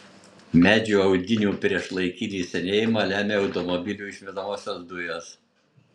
medžių audinių priešlaikinį senėjimą lemia automobilių išmetamosios dujos